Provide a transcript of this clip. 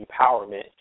empowerment